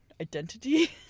identity